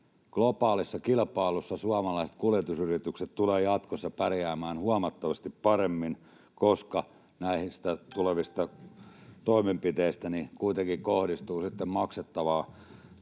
globaalissa kilpailussa suomalaiset kuljetusyritykset tulevat jatkossa pärjäämään huomattavasti paremmin, koska näistä tulevista toimenpiteistä kuitenkin kohdistuu sitten maksettavaa